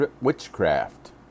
witchcraft